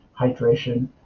hydration